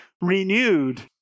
renewed